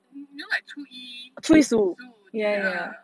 you you know like 初一十五 ya ah ah